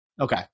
Okay